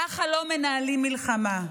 ככה לא מנהלים מלחמה.